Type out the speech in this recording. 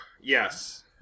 Yes